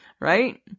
Right